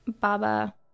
Baba